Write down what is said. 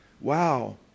Wow